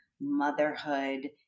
motherhood